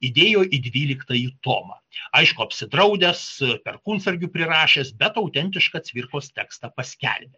įdėjo į dvyliktąjį tomą aišku apsidraudęs perkūnsargių prirašęs bet autentišką cvirkos tekstą paskelbė